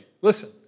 listen